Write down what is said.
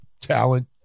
talent